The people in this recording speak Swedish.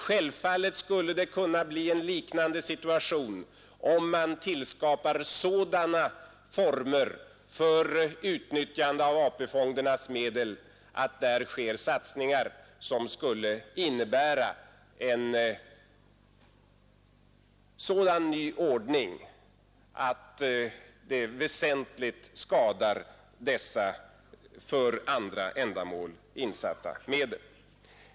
Självfallet skulle det kunna bli en liknande situation, om man tillskapade sådana former för utnyttjande av AP-fondernas medel att det sker satsningar som skulle innebära en sådan ny ordning att det väsentligt skadar dessa för andra ändamål insatta medel.